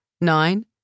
nine